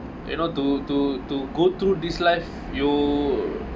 you know to to to go through this life you